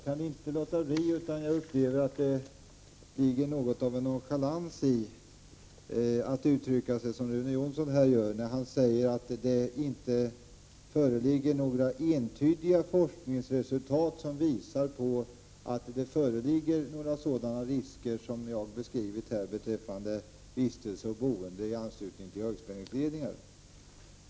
Fru talman! Jag upplever att det ligger något av nonchalans i att uttrycka sig som Rune Jonsson här gjorde när han sade att det inte finns några entydiga forskningsresultat som visar att det föreligger några sådana risker som de jag har beskrivit när det gäller vistelse och boende i anslutning till högspänningsledningar.